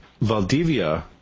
Valdivia